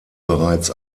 bereits